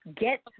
get